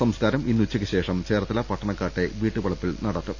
സംസ്കാരം ഇന്ന് ഉച്ചയ്ക്ക് ശേഷം ചേർത്തല പട്ടണക്കാട്ടെ വീട്ടുവള പ്പിൽ നടക്കും